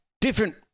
different